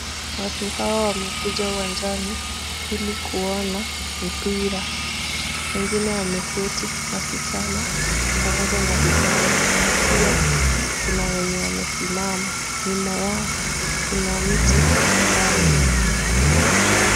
Watu hawa wamekuja uwanjani, ili kuona mpira. Wengine wameketi, wasichana pamoja na vijana, na pia kuna wenye wamesimama. Nyuma yao, kuna mti ambayo imemea.